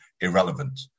irrelevant